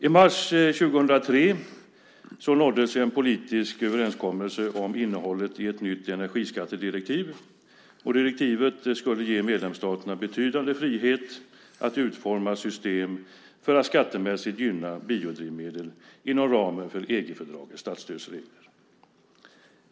I mars 2003 nåddes en politisk överenskommelse om innehållet i ett nytt energiskattedirektiv. Direktivet skulle ge medlemsstaterna betydande frihet att utforma system för att skattemässigt gynna biodrivmedel inom ramen för EG-fördragets statsstödsregler.